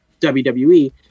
WWE